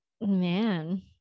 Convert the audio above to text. Man